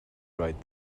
bright